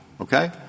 Okay